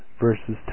verses